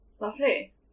Lovely